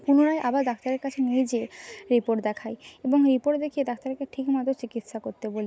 পুনরায় আবার ডাক্তারের কাছে নিয়ে যেয়ে রিপোর্ট দেখাই এবং রিপোর্ট দেখিয়ে ডাক্তারকে ঠিকমতো চিকিৎসা করতে বলি